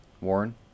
Warren